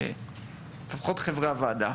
לפחות עם חברי הוועדה,